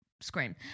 scream